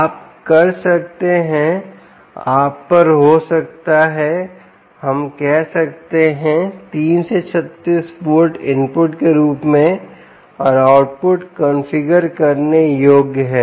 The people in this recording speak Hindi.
आप कर सकते आप पर हो सकता है हम कह सकते हैं 3 से 36 वोल्ट इनपुट के रूप में और आउटपुट आउटपुट कॉन्फ़िगर करने योग्य है